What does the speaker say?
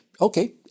Okay